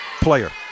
player